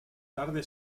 tarde